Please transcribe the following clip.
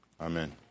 Amen